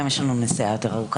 תודה רבה.